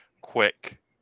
quick